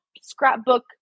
scrapbook